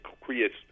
creates